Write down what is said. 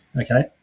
Okay